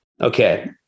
okay